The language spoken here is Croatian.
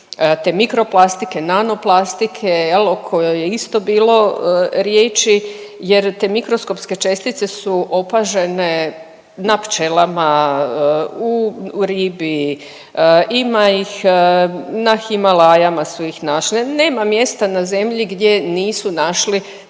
te mikroplastike, nanoplastike, je li, o kojoj je isto bilo riječi jer te mikroskopske čestice su opažene na pčelama, u ribi, ima ih na Himalajama su ih našli, nema mjesta na zemlji gdje nisu našli